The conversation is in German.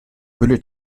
fülle